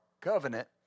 covenant